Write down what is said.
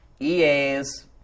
ea's